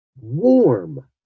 warm